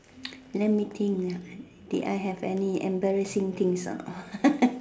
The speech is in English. let me think ah did I have any embarrassing things a not